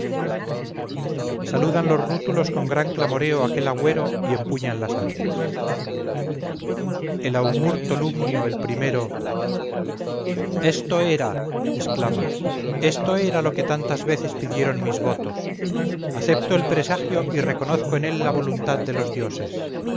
saludan los rútulos con gran clamoreo aquel agüero y empuñan las armas el augur tolumnio el primero esto era exclama esto era lo que tantas veces pidieron mis votos acepto el presagio y reconozco en él la voluntad de los dioses